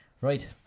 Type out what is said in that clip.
Right